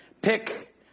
pick